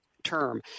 term